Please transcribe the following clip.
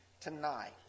Tonight